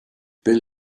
bill